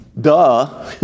Duh